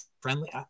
friendly